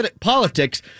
politics